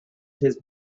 his